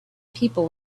people